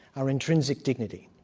our intrinsic dignity.